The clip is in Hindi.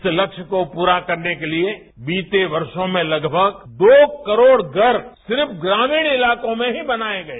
इस लक्ष्य को पूरा करने के लिए बीते वर्षों में लगभग दो करोड़ घर सिर्फ ग्रामीण इलाकों में ही बनाये गए